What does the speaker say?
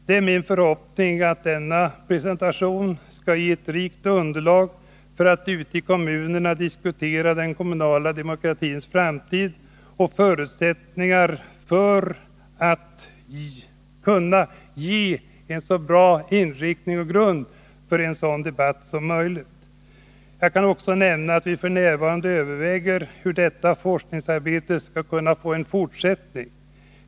Det är min förhoppning att denna presentation skall ge ett rikt underlag, så att man ute i kommunerna skall ha en så bra inriktning och grund som möjligt för diskussionerna om den kommunala demokratins framtida förutsättningar. Jag kan också nämna att vi f. n. överväger hur detta forskningsarbete skall kunna få en fortsättning.